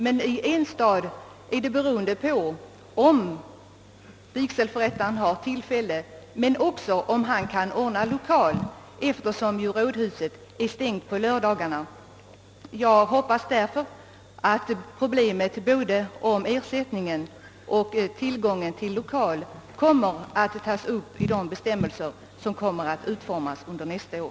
Men i en stad är detta beroende på om vigselförrättaren har tillfälle men också på om han kan ordna lokal, eftersom rådhuset är stängt på lördagarna. Jag hoppas att både frågan om ersättningen till vigselförrättarna och problemet med tillgången på lokaler kommer att regleras genom de bestämmelser som skall utformas under nästa år.